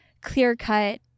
clear-cut